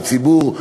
לציבור.